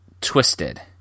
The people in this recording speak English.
twisted